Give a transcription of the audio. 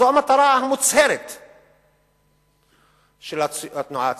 זו המטרה המוצהרת של התנועה הציונית,